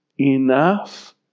enough